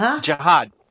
Jihad